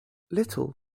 little